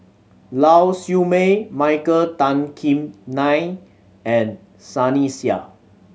Lau Siew Mei Michael Tan Kim Nei and Sunny Sia